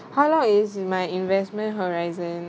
how long is my investment horizon